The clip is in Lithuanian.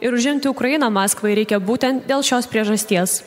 ir užimti ukrainą maskvai reikia būtent dėl šios priežasties